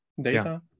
data